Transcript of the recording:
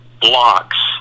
blocks